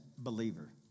believer